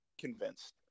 convinced